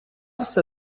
все